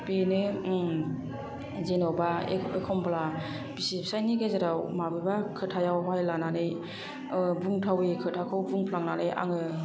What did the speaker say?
बेनो जेन'बा एखनबा बिसि फिसायनि गेजेराव बबेबा खोथायावहाय लानानै बुंथावै खोथाखौ बुंफ्लांनानै आङो